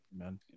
Amen